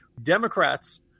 Democrats